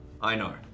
Einar